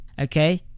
Okay